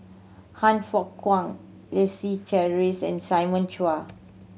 Han Fook Kwang Leslie Charteris and Simon Chua